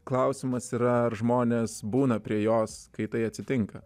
klausimas yra ar žmonės būna prie jos kai tai atsitinka